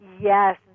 Yes